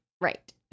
Right